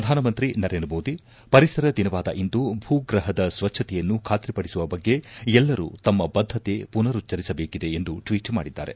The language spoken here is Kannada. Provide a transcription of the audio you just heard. ಪ್ರಧಾನಮಂತ್ರಿ ನರೇಂದ್ರ ಮೋದಿ ಪರಿಸರ ದಿನವಾದ ಇಂದು ಭೂ ಗ್ರಹದ ಸ್ವಚ್ದತೆಯನ್ನು ಖಾತ್ರಿಪಡಿಸುವ ಬಗ್ಗೆ ಎಲ್ಲರು ತಮ್ನ ಬದ್ದತೆ ಪುನರುಚ್ಚರಿಸಬೇಕಿದೆ ಎಂದು ಟ್ನೀಟ್ ಮಾಡಿದ್ದಾರೆ